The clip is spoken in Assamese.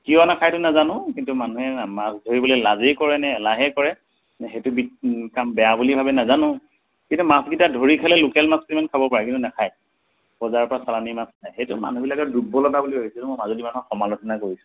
কিয় নাখায়টো নাজানো কিন্তু মানুহে মাছ ধৰিবলৈ লাজেই কৰে নে এলাহেই কৰে সেইটো বি কাম বেয়া বুলি ভাবে নাজানো কিন্তু মাছকেইটা ধৰি খালে লোকেল মাছটো ইমান খাব পাৰে কিন্তু নাখায় বজাৰৰ পৰা চালানী মাছ খায় সেইটো মানুহবিলাকৰ দুৰ্বলতা বুলি ভাবিছোঁ মই মাজুলী মানুহৰ সমালোনা কৰিছোঁ